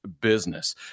business